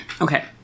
Okay